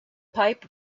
pipe